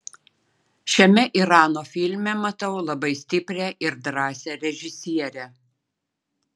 šiame irano filme matau labai stiprią ir drąsią režisierę